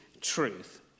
truth